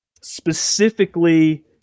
specifically